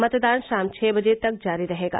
मतदान शाम छह बजे तक जारी रहेगा